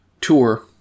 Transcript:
tour